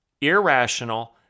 irrational